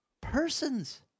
persons